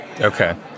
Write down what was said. Okay